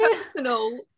personal